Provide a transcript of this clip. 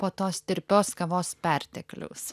po tos tirpios kavos pertekliaus